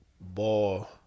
ball